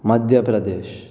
Madhya Pradesh